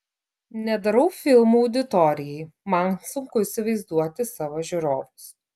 nedarau filmų auditorijai man sunku įsivaizduoti savo žiūrovus